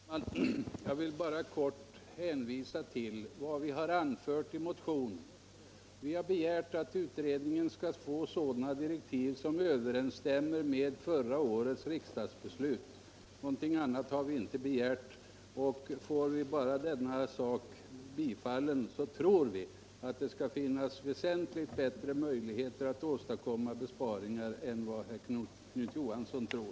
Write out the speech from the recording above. Herr talman! Jag vill helt kort hänvisa till att vi i motionen inte har begärt någonting annat än att utredningen skall få sådana direktiv som överensstämmer med förra årets riksdagsbeslut. Får vi bara denna hemställan bifallen, tror vi att det skall finnas väsentligt bättre möjligheter att åstadkomma besparingar än vad herr Knut Johansson anser.